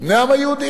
בני העם היהודי.